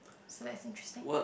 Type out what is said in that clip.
sounds like interesting